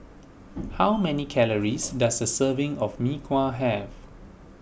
how many calories does a serving of Mee Kuah have